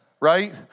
right